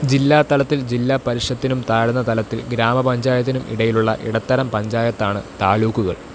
ജില്ലാ തലത്തിൽ ജില്ലാ പരിഷത്തിനും താഴ്ന്ന തലത്തിൽ ഗ്രാമപഞ്ചായത്തിനും ഇടയിലുള്ള ഇടത്തരം പഞ്ചായത്താണ് താലൂക്കുകൾ